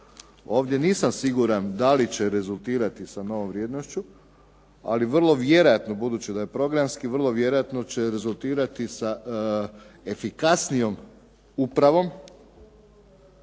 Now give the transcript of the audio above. Ovdje nisam siguran da li će rezultirati sa novom vrijednošću, ali vrlo vjerojatno budući da je programski, vrlo vjerojatno će rezultirati sa efikasnijom upravom,